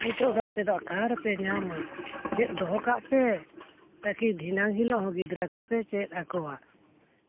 ᱱᱤᱛᱳᱜ ᱫᱚ ᱟᱯᱮ ᱫᱚ ᱟᱠᱟ ᱨᱮᱯᱮ ᱧᱟᱢᱟ ᱪᱮᱫ ᱫᱚᱦᱚ ᱠᱟᱜᱯᱮ ᱛᱟᱹᱠᱤ ᱫᱷᱤᱱᱟᱝ ᱦᱤᱞᱳᱜ ᱦᱚᱸ ᱜᱤᱫᱽᱨᱟᱹ ᱠᱚᱯᱮ ᱪᱮᱫ ᱟᱠᱚᱣᱟ